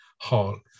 Hall